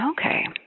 okay